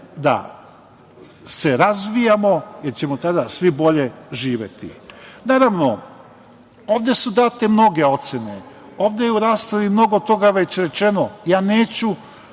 da se razvijamo, jer ćemo tada svi bolje živeti. Naravno, ovde su date mnoge ocene. Ovde je u raspravi mnogo toga već rečeno. Ja neću